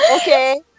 Okay